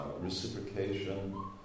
reciprocation